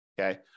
Okay